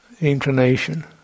inclination